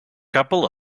couple